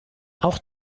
auch